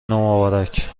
مبارک